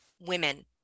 women